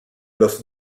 los